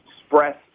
express